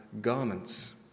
garments